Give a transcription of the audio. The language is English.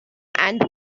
and